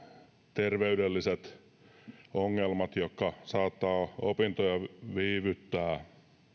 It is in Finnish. terveydelliset ongelmat jotka saattavat opintoja viivyttää